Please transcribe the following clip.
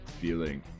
feeling